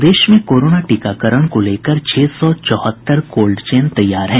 प्रदेश में कोरोना टीकाकरण को लेकर छह सौ चौहत्तर कोल्ड चेन तैयार हैं